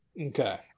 Okay